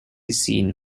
seen